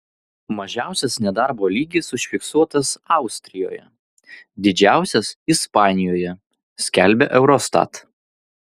mažiausias nedarbo lygis užfiksuotas austrijoje didžiausias ispanijoje skelbia eurostat